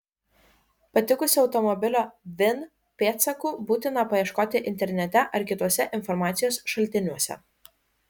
patikusio automobilio vin pėdsakų būtina paieškoti internete ar kituose informacijos šaltiniuose